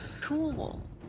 Cool